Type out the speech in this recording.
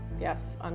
Yes